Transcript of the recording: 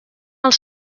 els